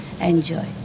Enjoy